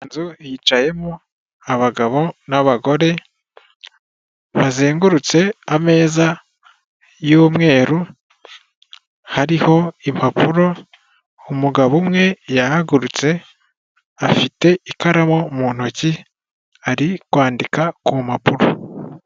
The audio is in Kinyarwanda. Inzu yicayemo abagabo n'abagore, bazengurutse ameza y'umweru, hariho impapuro, umugabo umwe yahagurutse afite ikaramu mu ntoki ari kwandika ku mpapuro.